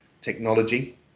technology